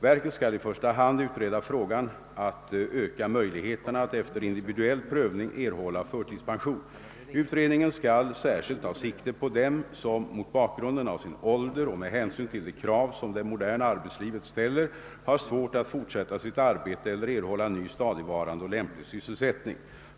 Verket skall i första hand utreda frågan att öka möjligheterna att efter individuell prövning erhålla förtidspension. Utredningen skall särskilt ta sikte på dem som mot bakgrunden av sin ålder och med hänsyn till de krav som det moderna arbetslivet ställer har svårt att fortsätta sitt arbete eller erhålla ny stadigvarande och lämplig sysselsättning.